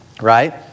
right